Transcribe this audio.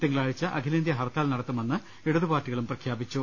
തിങ്കളാഴ്ച അഖിലേന്ത്യാ ഹർത്താൽ നടത്തു മെന്ന് ഇടതുപാർട്ടികളും പ്രഖ്യാപിച്ചു